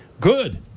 Good